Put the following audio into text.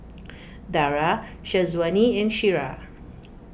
Dara Syazwani and Syirah